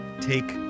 take